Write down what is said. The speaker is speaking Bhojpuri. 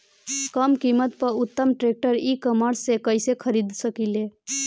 कम कीमत पर उत्तम ट्रैक्टर ई कॉमर्स से कइसे खरीद सकिले?